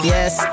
Yes